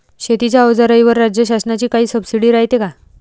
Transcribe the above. शेतीच्या अवजाराईवर राज्य शासनाची काई सबसीडी रायते का?